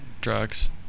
drugs